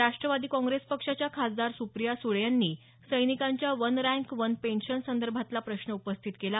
Rashtrawadi Congress पक्षाच्या खासदार सुप्रिया सुळे यांनी सैनिकांच्या वन रँक वन पेन्शन संदर्भातला प्रश्न उपस्थित केला